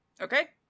Okay